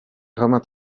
romains